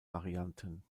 varianten